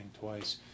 twice